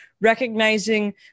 recognizing